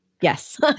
Yes